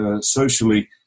socially